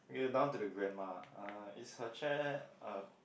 eh down to the grandma uh is her chair uh